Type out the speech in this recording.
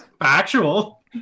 factual